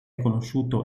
conosciuto